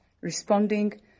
responding